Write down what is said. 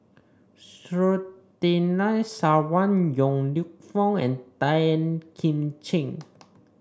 Surtinai Sawan Yong Lew Foong and Tan Kim Ching